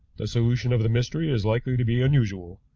the solution of the mystery is likely to be unusual.